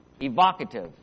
evocative